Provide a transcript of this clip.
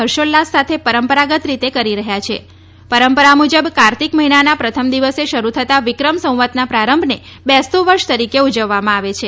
હર્ષોલ્લાસ સાથે પરંપરાગત રીતે કરી રહ્યા છે પરંપરા મુજબ કાર્તિક મહિનાના પ્રથમ દિવસે શરૂ થતાં વિક્રમ સંવતના પ્રારંભને બેસતું વર્ષ તરીકે ઉજવવામાં આવે છે